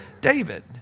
David